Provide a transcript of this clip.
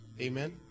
Amen